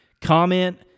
comment